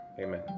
Amen